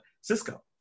Cisco